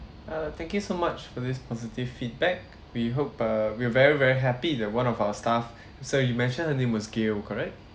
err thank you so much for this positive feedback we hope uh we're very very happy that one of our staff so you mentioned her name was gail correct